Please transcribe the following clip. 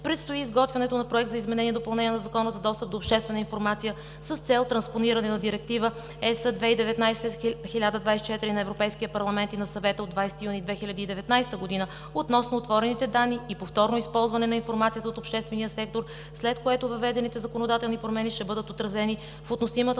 Предстои изготвянето на Проект за изменение и допълнение на Закона за достъп до обществена информация с цел транспониране на Директива ЕС/2019/1024 на Европейския парламент и на Съвета от 20 юни 2019 г. относно отворените данни и повторно използване на информацията от обществения сектор, след което въведените законодателни промени ще бъдат отразени в относимата